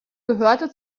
gehörte